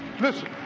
Listen